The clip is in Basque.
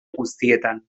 guztietan